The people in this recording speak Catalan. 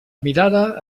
mirada